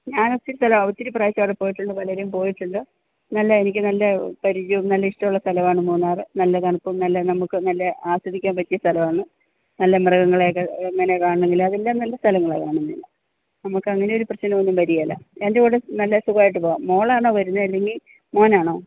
ഞാൻ ഒത്തിരി ഒത്തിരി പ്രാവശ്യം അവിടെ പോയിട്ടുള്ളതാണ് പലരും പോയിട്ടുണ്ട് നല്ലതാണ് എനിക്ക് നല്ല പരിചയവും നല്ല ഇഷ്ടമുള്ള സ്ഥലമാണ് മൂന്നാർ നല്ല തണുപ്പും നല്ല നമുക്ക് ആസ്വദിക്കാൻ പറ്റിയ സ്ഥലമാണ് നല്ല മൃഗങ്ങളെയൊക്കെ അങ്ങനെ കാണണമെങ്കിൽ അതെല്ലാം നല്ല സ്ഥലങ്ങളാണ് കാണുന്നവയെല്ലാം നമുക്ക് അങ്ങനെ ഒരു പ്രശ്നമൊന്നും വരികയില്ല എൻ്റെ കൂടെ നല്ല സുഖമായിട്ട് പോവാം മോളാണോ വരുന്നത് അല്ലെങ്കിൽ മോനാണോ